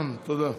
תודה.